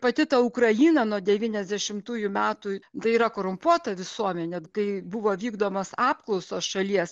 pati ta ukraina nuo devyniasdešimtųjų metų tai yra korumpuota visuomenė kai buvo vykdomos apklausos šalies